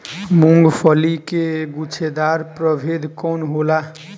मूँगफली के गुछेदार प्रभेद कौन होला?